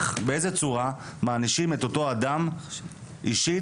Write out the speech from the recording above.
באיזו צורה מענישים את אותו אדם אישית,